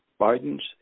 Biden's